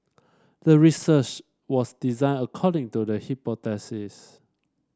the research was designed according to the hypothesis